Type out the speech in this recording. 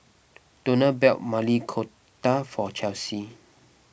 Donell bell Maili Kofta for Chelsea